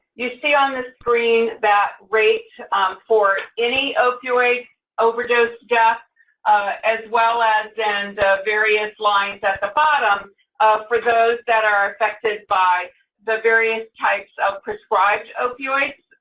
you see on the screen that rate for any opioid overdose death as well as then and the various lines at the bottom for those that are affected by the various types of prescribed opioids,